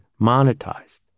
monetized